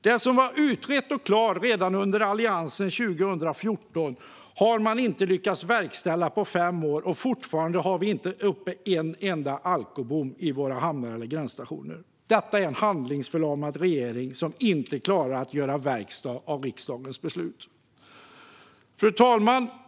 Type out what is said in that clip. Det som var utrett och klart redan under Alliansen 2014 har man inte lyckats verkställa under dessa fem år, och fortfarande finns inte en enda alkobom uppställd i våra hamnar eller vid våra gränsstationer. Detta är en handlingsförlamad regering som inte klarar att göra verkstad av riksdagens beslut.